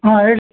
ಹಾಂ ಹೇಳಿ